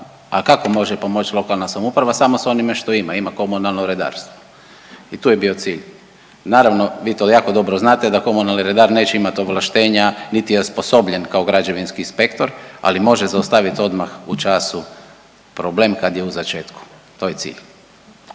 A kako može pomoći lokalna samouprava? Samo s onime što ima, ima komunalno redarstvo. I tu je bio cilj. Naravno, vi to jako dobro znate da komunalni redar neće imati ovlaštenja niti je osposobljen kao građevinski inspektor, ali može zaustaviti odmah u času problem kad je u začetku. To je cilj.